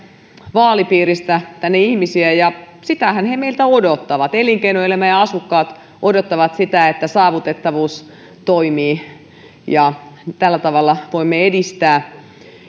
vaalipiiristä tänne ihmisiä ja sitähän he meiltä odottavat elinkeinoelämä ja asukkaat odottavat sitä että saavutettavuus toimii ja tällä tavalla voimme edistää